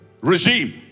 regime